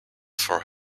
for